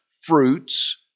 fruits